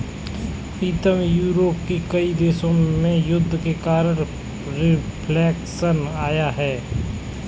प्रीतम Europe के कई देशों में युद्ध के कारण रिफ्लेक्शन लाया गया है